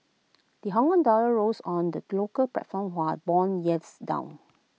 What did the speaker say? the Hongkong dollar rose on the local platform while Bond yields fell